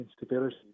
instability